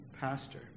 pastor